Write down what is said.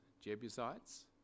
Jebusites